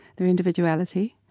their individuality,